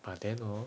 but then hor